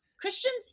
Christians